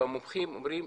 והמומחים אומרים,